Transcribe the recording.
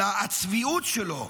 אלא הצביעות שלו,